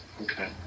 Okay